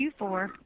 Q4